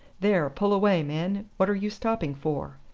there, pull away, men. what are you stopping for?